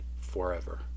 forever